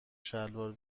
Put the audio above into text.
شلوار